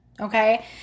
Okay